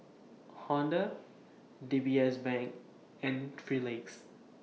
Honda D B S Bank and three Legs